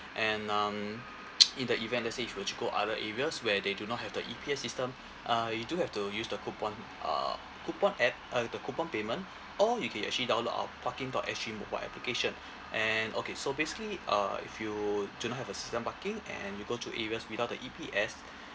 and um in the event let's say if you were to go other areas where they do not have the E_P_S system uh you do have to use the coupon uh coupon at uh the coupon payment or you can actually download our parking dot S G mobile application and okay so basically uh if you do not have a system parking and you go to areas without the E_P_S